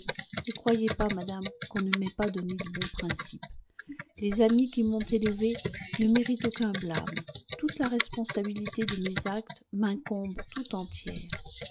ne croyez pas madame qu'on ne m'ait pas donné de bons principes les amis qui m'ont élevée ne méritent aucun blâme toute la responsabilité de mes actes m'incombe tout entière